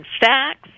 facts